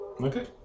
Okay